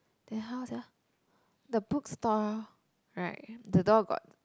then how sia the book store right the door got